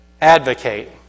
Advocate